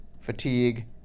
fatigue